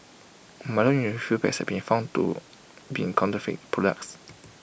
milo in refill packs been found to been counterfeit products